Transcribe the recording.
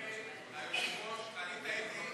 היושב-ראש, אני טעיתי.